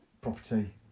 Property